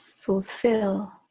fulfill